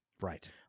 right